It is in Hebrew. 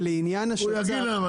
הוא יגיד להם,